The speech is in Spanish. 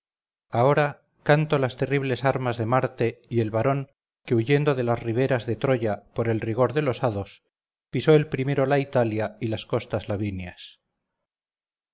i canto las terribles armas de marte y el varón que huyendo de las riberas de troya por el rigor de los hados pisó el primero la italia y las costas